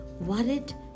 worried